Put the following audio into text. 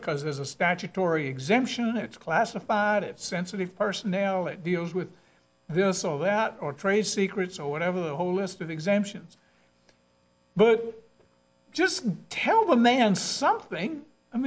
because there's a statutory exemption it's classified it sensitive personnel it deals with this or that or trade secrets or whatever the whole list of exemptions but just tell the man something i